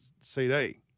CD